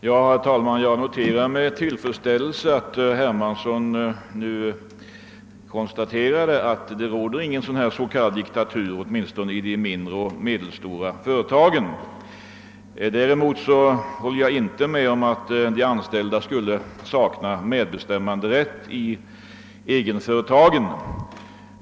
Herr talman! Jag noterar med tillfredsställelse att herr Hermansson nu konstaterade, att det inte finns någon s.k. diktatur, i varje fall inte i de mindre och medelstora företagen. Jag kan emellertid inte hålla med honom om att de anställda skulle sakna medbestämmanderätt i egenföretagen.